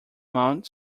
mount